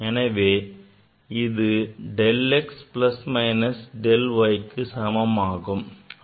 எனவே இது del x plus minus del yக்கு சமமாகும்